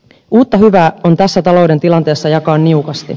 uutta hyvää on tässä talouden tilanteessa jakaa niukasti